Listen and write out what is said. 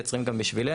מייצרים גם בשבילנו.